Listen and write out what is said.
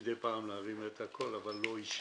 מדי פעם להרים את הקול, אבל לא אישי,